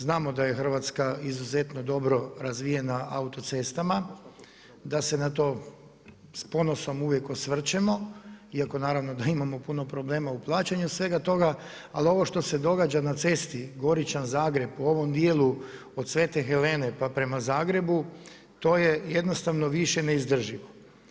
Znamo da je Hrvatska izuzetno dobro razvijena autocestama, da se na to s ponosom uvijek osvrćemo, iako naravno, da imamo puno problema u plaćanju svega toga, ali ovo što se događa na cesti Goričan-Zagreb, u ovom dijelu od Svete Helene pa prema Zagrebu, to je jednostavno više neizdrživo.